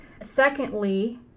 Secondly